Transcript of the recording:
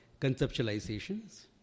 conceptualizations